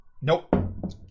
Nope